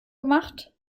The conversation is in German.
gemacht